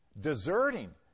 Deserting